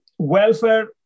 welfare